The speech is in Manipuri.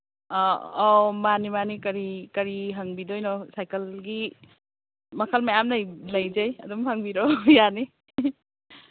ꯑꯥ ꯑꯧ ꯃꯥꯅꯤ ꯃꯥꯅꯤ ꯀꯔꯤ ꯀꯔꯤ ꯍꯪꯕꯤꯗꯣꯏꯅꯣ ꯁꯥꯏꯀꯜꯒꯤ ꯃꯈꯜ ꯃꯌꯥꯝ ꯂꯩ ꯂꯩꯖꯩ ꯑꯗꯨꯝ ꯍꯪꯕꯤꯔꯛꯎ ꯌꯥꯅꯤ